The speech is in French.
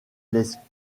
laissent